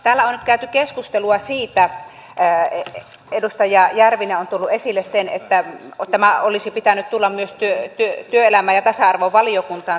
täällä on nyt käyty keskustelua siitä edustaja järvinen on tuonut esille sen että tämän lain olisi pitänyt tulla myös työelämä ja tasa arvovaliokuntaan